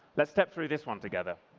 let's step through this one together.